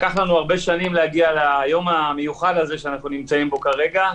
לקח לנו הרבה שנים להגיע ליום המיוחד הזה שאנחנו נמצאים בו כרגע,